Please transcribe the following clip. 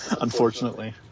unfortunately